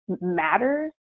matters